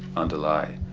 underlie